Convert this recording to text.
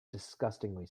disgustingly